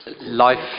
Life